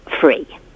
free